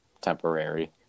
temporary